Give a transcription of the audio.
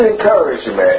encouragement